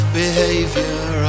behavior